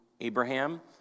Abraham